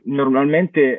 normalmente